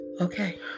Okay